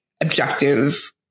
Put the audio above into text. objective